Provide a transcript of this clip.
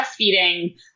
breastfeeding